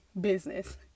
business